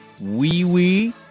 wee-wee